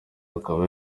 akaba